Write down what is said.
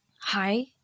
Hi